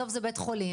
בסוף זה בית חולים,